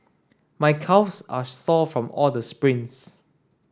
my calves are sore from all the sprints